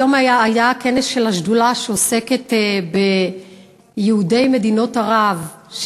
היום היה כנס של השדולה שעוסקת ביהודי מדינות ערב,